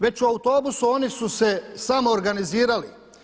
Već u autobusu oni su se samoorganizirali.